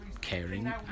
caring